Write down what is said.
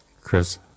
Chris